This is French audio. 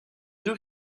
deux